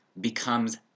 becomes